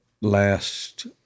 last